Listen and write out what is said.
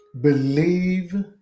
Believe